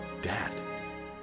dad